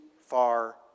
far